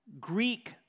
Greek